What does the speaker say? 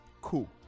cool